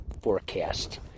forecast